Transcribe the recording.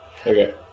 okay